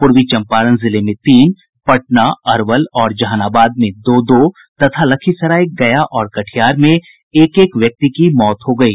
पूर्वी चंपारण जिले में तीन पटना अरवल और जहानाबाद में दो दो तथा लखीसराय गया और कटिहार में एक एक व्यक्ति की मौत हो गयी